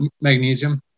magnesium